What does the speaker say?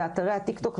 באתרי הטיק-טוק.